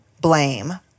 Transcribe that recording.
blame